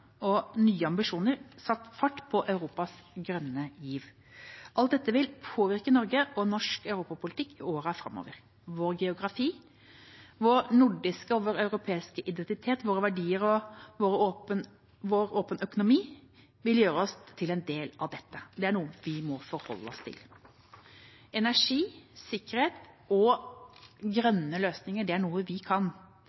og nye ambisjoner, satt fart i Europas grønne giv. Alt dette vil påvirke Norge og norsk europapolitikk i årene framover. Vår geografi, vår nordiske og europeiske identitet, våre verdier og vår åpne økonomi vil gjøre oss til en del av dette. Det er noe vi må forholde oss til. Energi, sikkerhet og